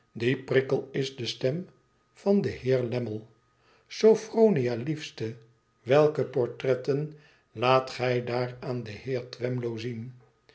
prikkel is de stem van den heer lammie sophronia liefste welke portretten laat gij daar aan den heer twemlow zien